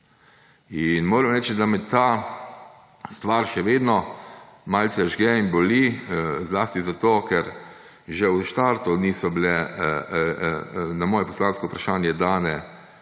In moram reči, da me ta stvar še vedno malce žge in boli, zlasti zato, ker že v štartu niso bili na moje poslansko vprašanje dani